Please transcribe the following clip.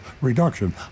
reduction